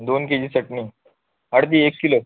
दोन K G चटणी हळदी एक किलो